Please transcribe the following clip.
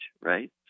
Right